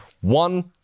One